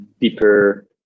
deeper